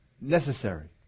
necessary